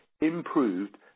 improved